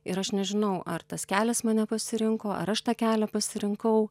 ir aš nežinau ar tas kelias mane pasirinko ar aš tą kelią pasirinkau